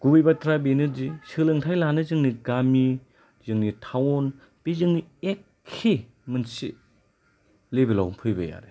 गुबै बाथ्राया बेनो दि सोलोंथाय लानो जोंनि गामि टाउन बे जोंनि एखे मोनसे लेभेलावनो फैबाय आरो